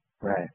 Right